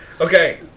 Okay